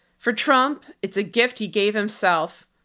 for trump, it's a gift he gave himself.